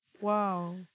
Wow